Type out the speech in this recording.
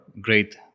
great